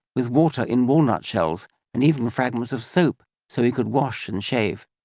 with water in walnut shells and even fragments of soap so he could wash and shave.